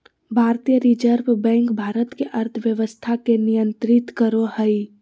भारतीय reserve bank Bharat के अर्थव्यवस्था के नियन्त्रित करो हइ